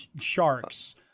sharks